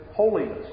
Holiness